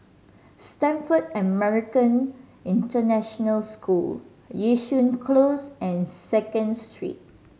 Stamford American International School Yishun Close and Second Street